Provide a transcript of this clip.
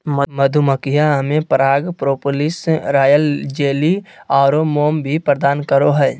मधुमक्खियां हमें पराग, प्रोपोलिस, रॉयल जेली आरो मोम भी प्रदान करो हइ